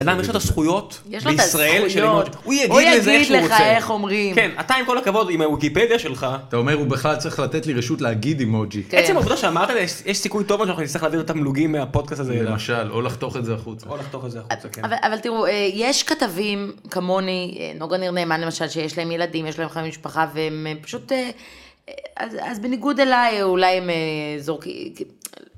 יש לך את הזכויות, יש לו את הזכויות, הוא יגיד לך איך אומרים, אתה עם כל הכבוד עם הוויקיפדיה שלך, אתה אומר הוא בכלל צריך לתת לי רשות להגיד אימוגי, עצם עבודה שאמרת, יש סיכוי טובה שאנחנו נצטרך להבין אותם מלוגים מהפודקאסט הזה, למשל, או לחתוך את זה החוצה, או לחתוך את זה החוצה, אבל תראו, יש כתבים כמוני, נוגה ניר נאמן למשל, שיש להם ילדים, יש להם חיים במשפחה והם פשוט, אז בניגוד אליי, אולי הם זורקים.